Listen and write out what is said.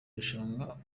irushanwa